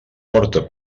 porta